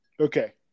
Okay